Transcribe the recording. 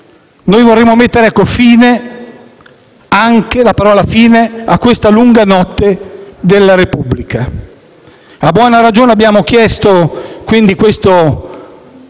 Noi vorremmo mettere la parola «fine» a questa lunga notte della Repubblica. A buona ragione abbiamo chiesto quindi questa